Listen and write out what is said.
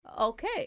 okay